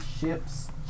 ship's